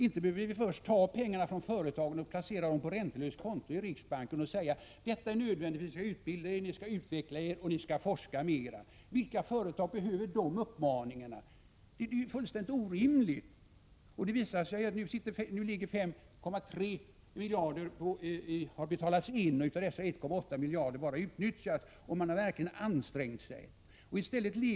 Inte behöver vi ta pengar från företagen, placera dem på räntelöst konto i riksbanken och säga: Detta är nödvändigt för att ni skall utbilda er, utveckla er och forska mer! Vilka företag behöver de uppmaningarna? Det är ju fullständigt orimligt! 5,3 miljarder har betalats in, och av dessa har bara 1,8 miljarder utnyttjats, trots att man verkligen har ansträngt sig.